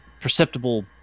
perceptible